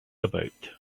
about